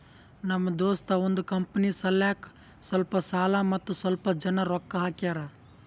ನಮ್ ದೋಸ್ತ ಅವಂದ್ ಕಂಪನಿ ಸಲ್ಯಾಕ್ ಸ್ವಲ್ಪ ಸಾಲ ಮತ್ತ ಸ್ವಲ್ಪ್ ಜನ ರೊಕ್ಕಾ ಹಾಕ್ಯಾರ್